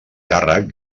càrrec